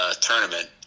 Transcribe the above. tournament